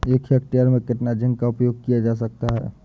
एक हेक्टेयर में कितना जिंक का उपयोग किया जाता है?